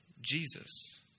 Jesus